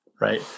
right